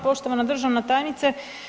Poštovana državna tajnice.